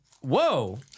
whoa